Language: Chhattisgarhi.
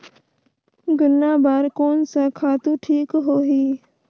गन्ना बार कोन सा खातु ठीक होही?